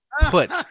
put